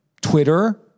Twitter